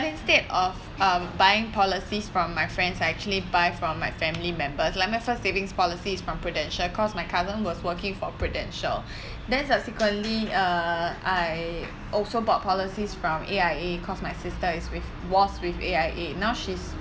instead of um buying policies from my friends actually buy from my family members let me first savings policies from prudential cause my cousin was working for prudential then subsequently uh I also bought policies from A_I_A cause my sister is with was with A_I_A now she's